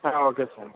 okay sir